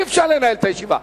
אי-אפשר לנהל כך את הישיבה.